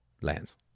lands